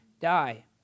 die